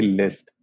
list